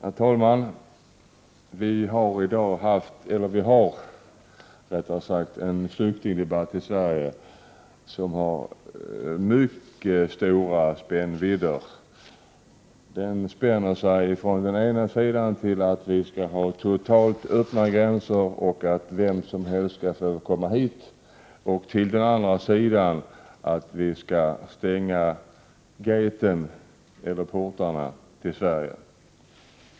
Herr talman! Vi har i dag i Sverige en flyktingdebatt som har mycket stor spännvidd — från den ena sidan, att vi skall ha totalt öppna gränser och att vem som helst skall få komma hit, till den andra sidan, att vi skall stänga portarna till Sverige.